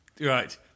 right